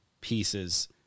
pieces